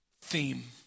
theme